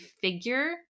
figure